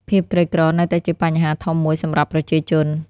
ភាពក្រីក្រនៅតែជាបញ្ហាធំមួយសម្រាប់ប្រជាជន។